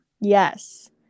yes